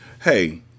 Hey